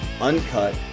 uncut